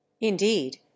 indeed